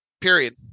period